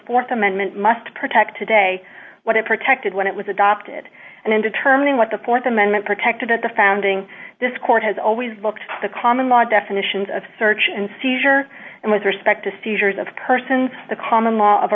the th amendment must protect today what it protected when it was adopted and in determining what the th amendment protected at the founding this court has always looked the common law definitions of search and seizure and with respect to seizures of persons the common law of